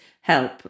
help